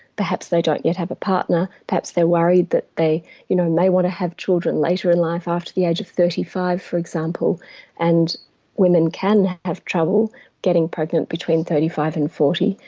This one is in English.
perhaps they don't yet have a partner, perhaps they are worried that they you know may want to have children later in life after the age of thirty five for example and women can have trouble getting pregnant between thirty five and forty,